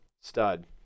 stud